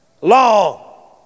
long